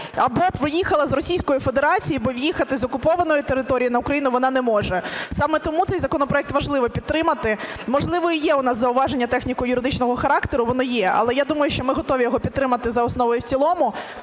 або приїхала з Російської Федерації, бо в'їхати з окупованої території на Україну вона не може. Саме тому цей законопроект важливо підтримати. Можливо, і є у нас зауваження техніко-юридичного характеру, вони є, але я думаю, що ми готові його підтримати за основу і в цілому,